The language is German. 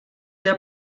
der